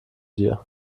dir